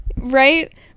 right